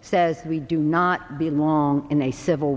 says we do not belong in a civil